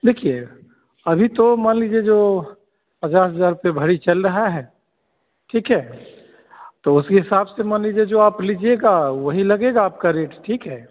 देखिए अभी तो मान लीजिए जो पचास हज़ार पर भरी चल रही है ठीक है तो उसके हिसाब से मान लीजिए जो आप लीजिएगा वही लगेगा आपका रेट ठीक है